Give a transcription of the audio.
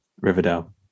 Riverdale